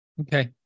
Okay